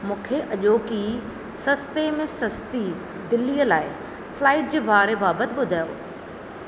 मूंखे अॼोकी सस्ते में सस्ती दिल्लीअ लाइ फ्लाइट जे भाड़े बाबति ॿुधायो